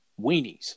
weenies